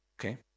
Okay